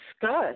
discuss